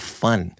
fun